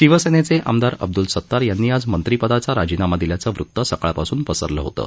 शिवसेनेचे आमदार अब्द्ल सतार यांनी आज मंत्रीपदाचा राजीनामा दिल्याचं वृत सकाळपासून पसरलं होतं